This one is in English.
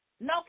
no